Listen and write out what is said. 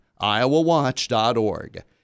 iowawatch.org